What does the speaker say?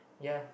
ya